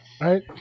Right